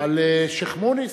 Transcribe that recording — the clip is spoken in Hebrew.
על שיח'-מוניס,